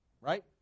right